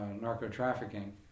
narco-trafficking